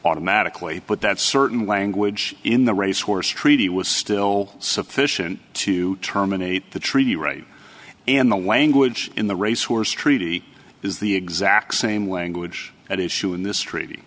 automatically put that certain language in the race horse treaty was still sufficient to terminate the treaty right and the language in the race horse treaty is the exact same language at issue in